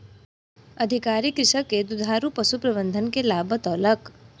अधिकारी कृषक के दुधारू पशु प्रबंधन के लाभ बतौलक